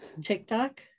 TikTok